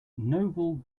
noble